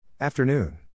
Afternoon